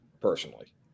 personally